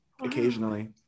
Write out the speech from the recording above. occasionally